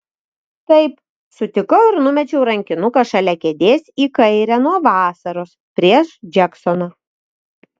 taip sutikau ir numečiau rankinuką šalia kėdės į kairę nuo vasaros prieš džeksoną